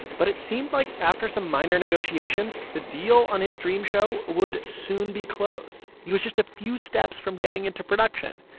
but it seemed like, after some minor negotiations, the deal on his dream show would soon be closed. he was just a few steps from getting into production.